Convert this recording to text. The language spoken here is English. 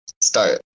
start